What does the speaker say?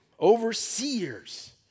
Overseers